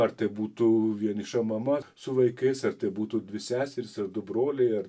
ar tai būtų vieniša mama su vaikais ar tai būtų dvi seserys ar du broliai ar